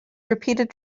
repeated